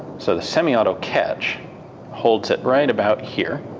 so the semi-auto catch holds it right about here.